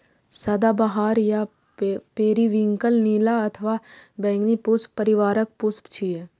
सदाबहार या पेरिविंकल नीला अथवा बैंगनी पुष्प परिवारक पुष्प छियै